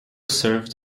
served